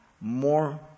more